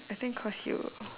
I think cause you